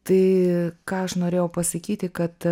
tai ką aš norėjau pasakyti kad